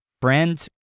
friends